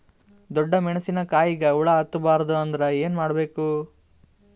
ಡೊಣ್ಣ ಮೆಣಸಿನ ಕಾಯಿಗ ಹುಳ ಹತ್ತ ಬಾರದು ಅಂದರ ಏನ ಮಾಡಬೇಕು?